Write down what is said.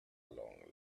long